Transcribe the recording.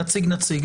נציג, נציג.